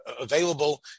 available